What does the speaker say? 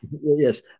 Yes